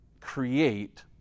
create